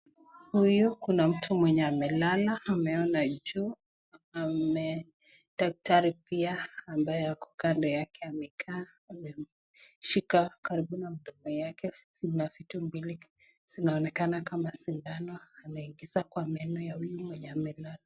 Huyu, kuna mtu mwenye amelala na ameona juu daktari pia ambaye ako kando yake amekaa ameshika karibu na mdomo yake, kuna vitu mbili zinaonekana kama sindano ameingiza kwa meno ya huyu mwenye amelala.